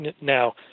now